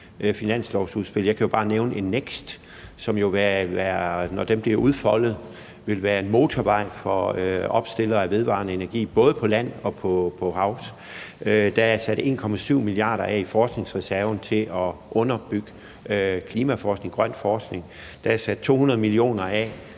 finanslovsudspillet. Jeg kan jo bare nævne NEKST, som jo, når det bliver udfoldet, vil være en motorvej for opstilling af vedvarende energi både på land og til havs. Der er sat 1,7 mia. kr. af i forskningsreserven til at understøtte klimaforskning, grøn forskning. Der er sat 200 mio. kr. af